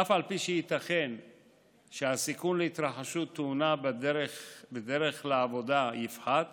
אף על פי שייתכן שהסיכון להתרחשות תאונה בדרך לעבודה יפחת